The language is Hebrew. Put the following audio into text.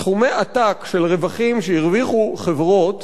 סכומי עתק של רווחים שהרוויחו חברות